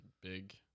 Big